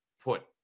put